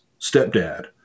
stepdad